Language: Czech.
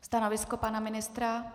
Stanovisko pana ministra?